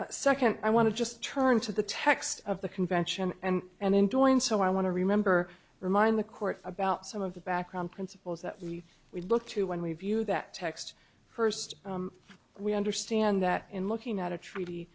dissent second i want to just turn to the text of the convention and in doing so i want to remember remind the court about some of the background principles that we would look to when we view that text first we understand that in looking at a treaty